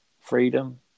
freedom